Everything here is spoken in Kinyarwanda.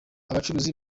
abacuruzi